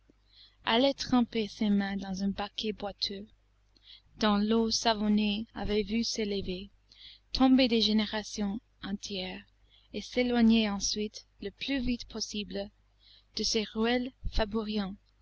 allait tremper ses mains dans un baquet boiteux dont l'eau savonnée avait vu s'élever tomber des générations entières et s'éloignait ensuite le plus vite possible de ces ruelles